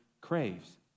craves